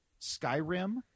Skyrim